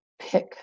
pick